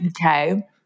okay